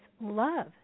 love